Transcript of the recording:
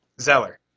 Zeller